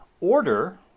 Order